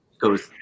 goes